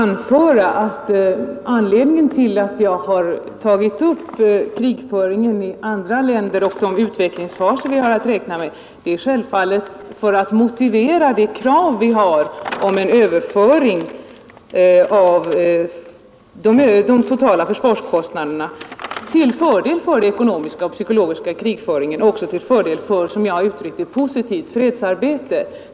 Herr talman! Jag berörde krigföringen i andra länder och de utvecklingsfaser vi har att räkna med enbart för att kunna motivera de krav vi framställt om en omfördelning av de totala försvarskostnaderna till fördel för det ekonomiska och det psykologiska försvaret, fredsforskning och konstruktivt nedrustningsoch fredsarbete samt till fördel för, som jag har uttryckt det, ett positivt fredsarbete.